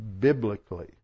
biblically